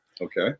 okay